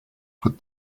put